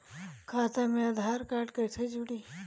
खाता मे आधार कार्ड कईसे जुड़ि?